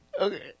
Okay